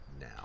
now